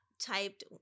typed